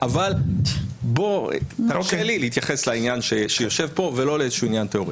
אבל תרשה לי להתייחס לעניין שיושב פה ולא לאיזשהו עניין תיאורטי.